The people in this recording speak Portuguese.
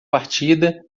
partida